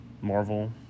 Marvel